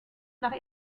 nach